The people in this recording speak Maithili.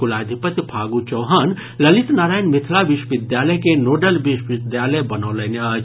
कुलाधिपति फागू चौहान ललित नारायण मिथिला विश्वविद्यालय के नोडल विश्वविद्यालय बनौलनि अछि